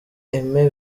aimé